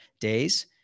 days